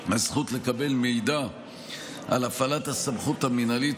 הזכות לקבל מידע על הפעלת הסמכות המינהלית